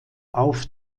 auf